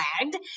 flagged